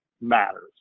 matters